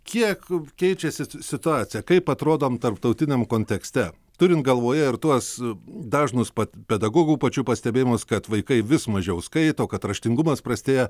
kiek keičiasi situacija kaip atrodom tarptautiniam kontekste turint galvoje ir tuos dažnus pačių pedagogų pačių pastebėjimus kad vaikai vis mažiau skaito kad raštingumas prastėja